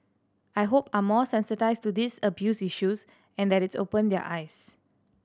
I hope are more sensitised to these abuse issues and that it's opened their eyes